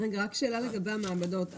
רק שאלה לגבי המעבדות.